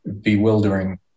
bewildering